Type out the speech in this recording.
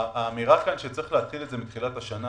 האמירה שצריך להתחיל את זה מתחילת השנה,